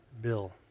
bill